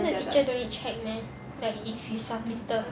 then the teacher don't need to check meh that if you submitted